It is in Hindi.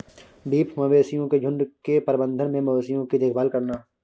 बीफ मवेशियों के झुंड के प्रबंधन में मवेशियों की देखभाल करना